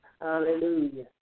hallelujah